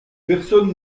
personne